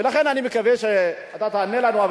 ולכן, אני מקווה שאתה תענה לנו.